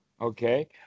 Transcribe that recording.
Okay